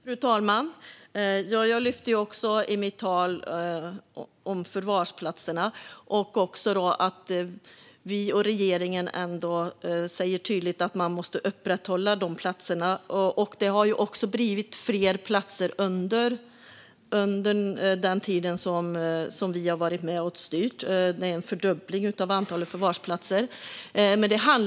Fru talman! Jag lyfte också förvarsplatserna i mitt anförande. Vi och regeringen säger ändå tydligt att man måste upprätthålla de platserna. Det har också blivit fler platser under den tid vi har varit med och styrt; antalet försvarsplatser har fördubblats.